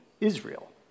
Israel